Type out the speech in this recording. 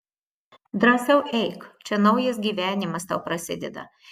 drąsiau eik čia naujas gyvenimas tau prasideda